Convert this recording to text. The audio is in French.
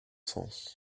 sens